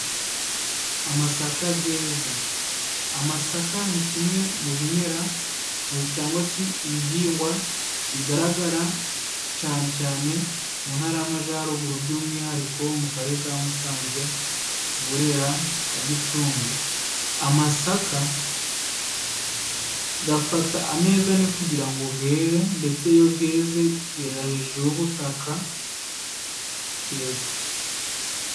Amasakageze amasaka ni kimwe mu bimera cyangwa se ibihingwa bigaragara cyane cyane mu ntara y'amajyaruguru by'umwihariko wo mu karere ka musanze, burera na gicumbi amasaka gafata ameza ane kugira ngo gere ndetse iyogeze gerahejuru y'ubutaka yego.